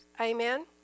Amen